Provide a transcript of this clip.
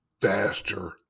faster